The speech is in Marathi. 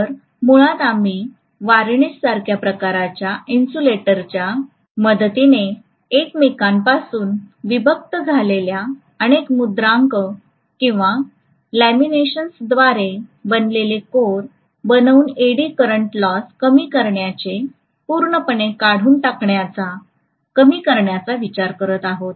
तर मुळात आम्ही वार्निशसारख्या प्रकारच्या इन्सुलेटरच्या मदतीने एकमेकांपासून विभक्त झालेल्या अनेक मुद्रांक किंवा लॅमिनेशन्सद्वारे बनविलेले कोर बनवून एडी करंट लॉस कमी करण्याचे पूर्णपणे काढून टाकण्याचा कमी करण्याचा विचार करीत आहोत